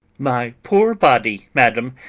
my poor body, madam,